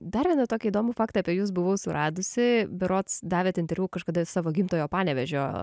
dar vieną tokį įdomų faktą apie jus buvau suradusi berods davėt interviu kažkada savo gimtojo panevėžio